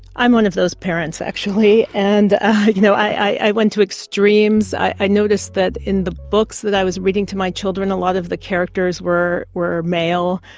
i'm one of those parents actually. and i you know i went to extremes. i noticed that in the books that i was reading to my children a lot of the characters were were male,